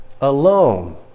alone